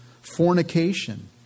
Fornication